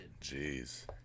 Jeez